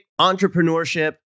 entrepreneurship